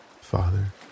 Father